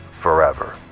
forever